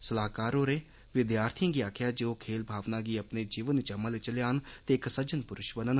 सलाहकारर होरें विद्यार्थिएं गी आक्खेआ जे ओ खेल भावना गी अपने जीवन च अमल च लेआन ते इक सज्जन पुरूष बनन